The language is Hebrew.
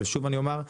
אבל שוב אומר,